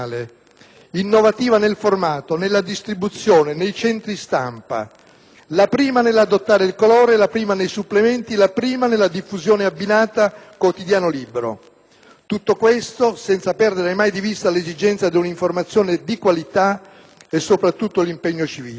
innovativa nel formato, nella distribuzione, nei centri stampa, la prima nell'adottare il colore, la prima nei supplementi, la prima nella diffusione abbinata quotidiano-libro. Tutto questo senza perdere mai di vista l'esigenza di un'informazione di qualità e soprattutto l'impegno civile.